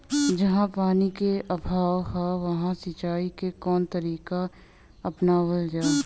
जहाँ पानी क अभाव ह वहां सिंचाई क कवन तरीका अपनावल जा?